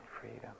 freedom